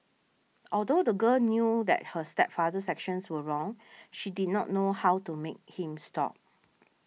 although the girl knew that her stepfather's actions were wrong she did not know how to make him stop